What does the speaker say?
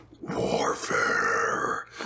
warfare